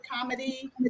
comedy